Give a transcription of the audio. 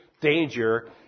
danger